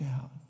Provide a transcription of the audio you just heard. out